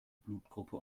blutgruppe